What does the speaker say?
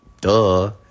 duh